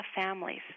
families